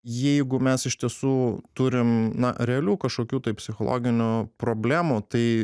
jeigu mes iš tiesų turim na realių kažkokių tai psichologinių problemų tai